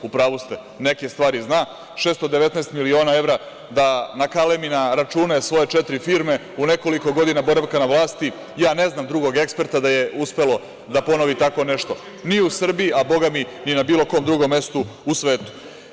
U pravu ste – neke stvari zna, 619 miliona evra da nakalemi na račune svoje četiri firme u nekoliko godina boravka na vlasti ja ne znam drugog eksperta da je uspeo da ponovi tako nešto ni u Srbiji, a bogami ni na bilo kom drugom mestu u svetu.